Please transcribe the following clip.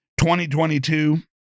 2022